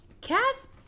Cass